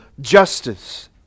justice